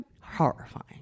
horrifying